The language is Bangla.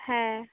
হ্যাঁ